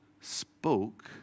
spoke